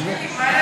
מה?